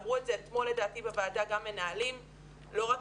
אמרו את זה אתמול בוועדה גם מנהלים ולא רק